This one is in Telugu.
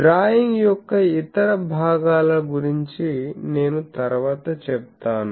డ్రాయింగ్ యొక్క ఇతర భాగాల గురించి నేను తరువాత చెప్తాను